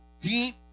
deep